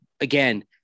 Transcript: again